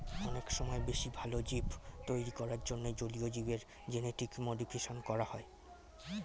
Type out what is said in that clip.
অনেক সময় বেশি ভালো জীব তৈরী করার জন্যে জলীয় জীবের জেনেটিক মডিফিকেশন করা হয়